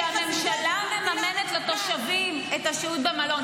שהממשלה מממנת לתושבים את השהות במלון.